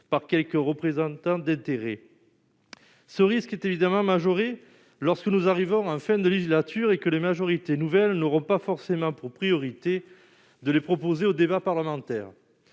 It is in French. par quelques représentants d'intérêts, ce risque est évidemment majorée lorsque nous arrivons en fin de législature et que les majorités nouvelles n'auront pas forcément pour priorité de les proposer au débat parlementaire